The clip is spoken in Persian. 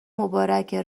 مبارکه